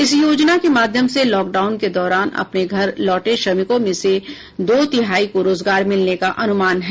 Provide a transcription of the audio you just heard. इस योजना के माध्यम से लॉकडाउन के दौरान अपने घर लौटे श्रमिकों में से दो तिहाई को रोजगार मिलने का अनुमान है